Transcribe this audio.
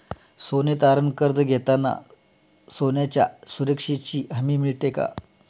सोने तारण कर्ज घेताना सोन्याच्या सुरक्षेची हमी मिळते का?